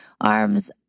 arms